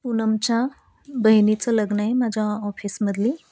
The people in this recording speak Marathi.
पूनमच्या बहिणीचं लग्न आहे माझ्या ऑफिसमधली